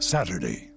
Saturday